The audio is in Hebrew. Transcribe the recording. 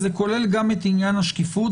זה כולל גם את עניין השקיפות.